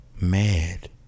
mad